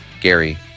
Gary